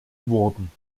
wurden